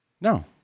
No